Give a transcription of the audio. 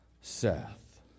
Seth